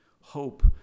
hope